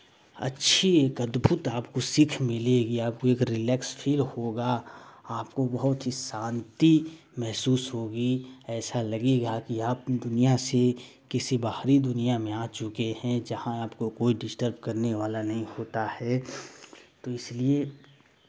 अच्छी एक अद्भुत आपको सीख मिलेगी आपको एक रिलेक्श फील होगा आपको बहुत ही शान्ति महसूस होगी ऐसा लगेगा कि आप इस दुनियाँ से किसी बाहरी दुनियाँ में आ चुके हैं जहाँ आपको कोइ डिस्टर्ब करनेवाला नहीं होता है तो इसलिए